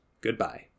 Goodbye